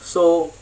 so